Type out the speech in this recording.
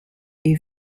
est